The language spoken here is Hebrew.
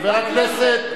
פרידמן,